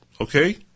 Okay